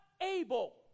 able